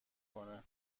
کنه